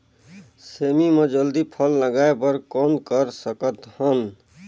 सेमी म जल्दी फल लगाय बर कौन कर सकत हन?